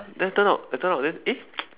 then turn out I turn out then eh